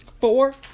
four